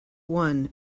one